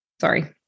Sorry